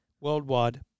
worldwide